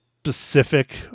specific